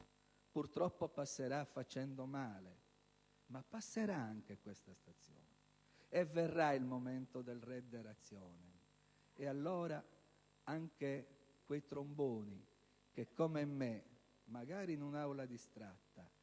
Purtroppo passerà facendo male, ma passerà anche questa stazione e verrà il momento del *redde rationem*. Allora, anche quei tromboni che come me, magari in un'Aula distratta,